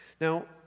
Now